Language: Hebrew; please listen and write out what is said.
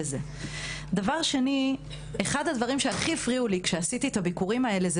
אחד הדברים שהכי הפריעו לי בביקורים האלה,